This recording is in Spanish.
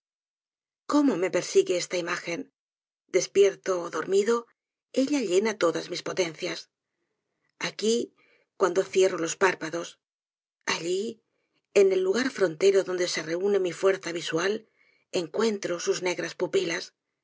cómo me persigue esta imagen despierto ó dormido ella llena todas mi potencias aqui cuando cierro los párpados allí en el lugar frontero donde se reúne mi fuerza visual encuentro sus negras pupilas